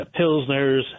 Pilsners